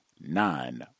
nine